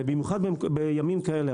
במיוחד בימים כאלה.